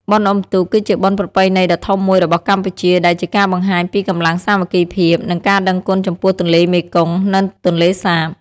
បុណ្យអុំទូក គឺជាបុណ្យប្រពៃណីដ៏ធំមួយរបស់កម្ពុជា ដែលជាការបង្ហាញពីកម្លាំងសាមគ្គីភាព និងការដឹងគុណចំពោះទន្លេមេគង្គ និងទន្លេសាប។